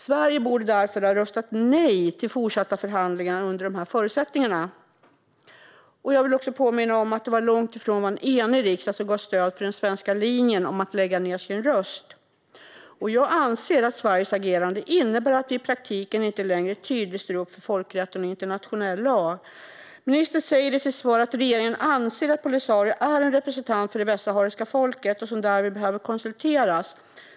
Sverige borde därför ha röstat nej till fortsatta förhandlingar under dessa förutsättningar. Jag vill också påminna om att det var långt ifrån en enig riksdag som gav stöd för den svenska linjen om att man skulle lägga ned sin röst, och jag anser att Sveriges agerande innebär att vi i praktiken inte längre tydligt står upp för folkrätten och internationell lag. Ministern säger i sitt svar att regeringen anser att Polisario är en representant för det västsahariska folket och därför behöver konsulteras.